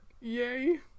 yay